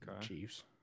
Chiefs